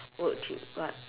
would t~ what